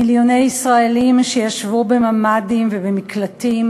מיליוני ישראלים שישבו בממ"דים ובמקלטים,